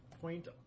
point